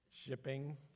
Shipping